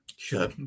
sure